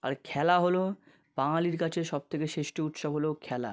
আর খেলা হলো বাঙালির কাছে সব থেকে শ্রেষ্ঠ উৎসব হলো খেলা